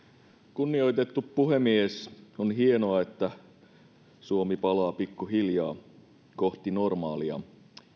kunnioitettu puhemies on hienoa että suomi palaa pikkuhiljaa kohti normaalia